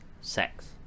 sex